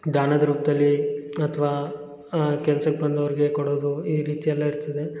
ದಾನದ ರೂಪದಲ್ಲಿ ಅಥ್ವಾ ಕೆಲ್ಸಕ್ಕೆ ಬಂದವ್ರ್ಗೆ ಕೊಡೋದು ಈ ರೀತಿಯಲ್ಲ ಇರ್ತದೆ